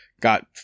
got